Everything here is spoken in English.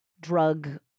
drug